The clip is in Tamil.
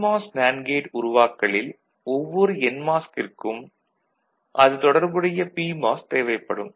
சிமாஸ் நேண்டு கேட் உருவாக்கலில் ஒவ்வொரு என்மாஸ் கிற்கும் அது தொடர்புடைய பிமாஸ் தேவைப்படும்